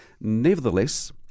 Nevertheless